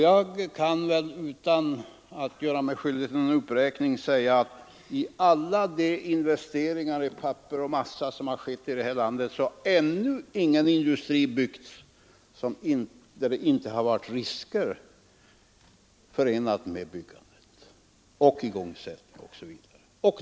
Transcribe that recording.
Jag kan nog utan att göra mig skyldig till någon överdrift påstå att när det gäller investeringar i papper och massa i det här landet så har ännu ingen industri byggts utan att det varit risker förenade med byggandet, igångsättandet osv.